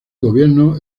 gobierno